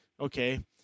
Okay